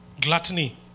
Gluttony